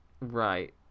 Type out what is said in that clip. Right